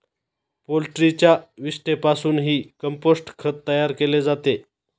पोल्ट्रीच्या विष्ठेपासूनही कंपोस्ट खत तयार केले जाते